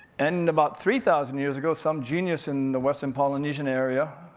and about three thousand years ago, some genius in the western polynesian area,